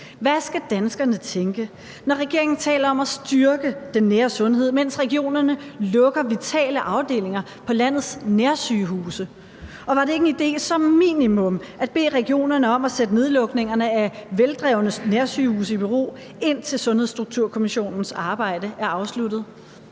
Hvad skal danskerne tænke, når regeringen taler om at styrke det nære sundhedsvæsen, mens regionerne lukker vitale afdelinger på landets nærsygehuse? Og var det ikke en idé som minimum at bede regionerne om at sætte nedlukningerne af veldrevne nærsygehuse i bero, indtil Sundhedsstrukturkommissionens arbejde er afsluttet?